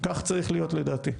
כך צריך להיות לדעתי.